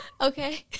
Okay